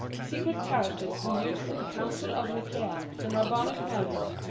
secret characters were used at the council of nicaea and rabanus maurus,